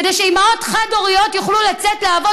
כדי שאימהות חד-הוריות יוכלו לצאת לעבוד